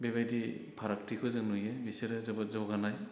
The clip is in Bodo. बेबायदि फारागथिखौ जों नुयो बिसोरो जोबोद जौगानाय